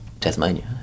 tasmania